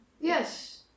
Yes